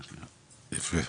יפה,